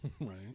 Right